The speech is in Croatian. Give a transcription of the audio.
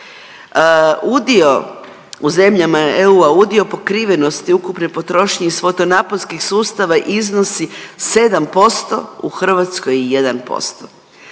Udio u zemljama EU, udio pokrivenosti ukupne potrošnje iz fotonaponskih sustava iznosi 7%, u Hrvatskoj 1%.